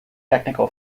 technical